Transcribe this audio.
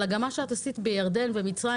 אלא גם מה שאת עשית בירדן ומצרים,